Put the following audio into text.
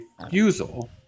refusal